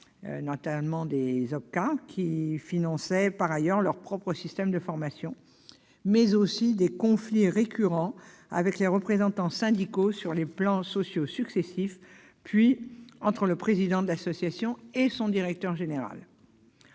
professionnelles finançant par ailleurs leurs propres systèmes de formation -, ainsi que « des conflits récurrents avec les représentants syndicaux sur les plans sociaux successifs, puis entre le président de l'association et le directeur général